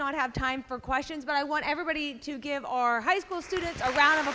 not have time for questions but i want everybody to give our high school students around t